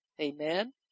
Amen